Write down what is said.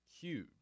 Huge